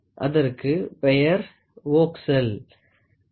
அதற்குப் பெயர் வோக்ஸ்சள்